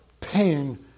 paying